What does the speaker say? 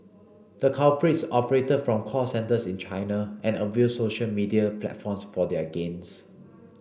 the culprits operated from call centres in China and abused social media platforms for their gains